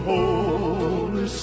Holy